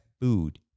food